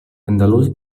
andalús